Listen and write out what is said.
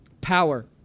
Power